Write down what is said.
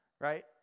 Right